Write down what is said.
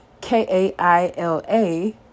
K-A-I-L-A